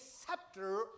scepter